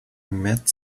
met